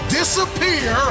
disappear